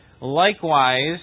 likewise